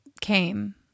came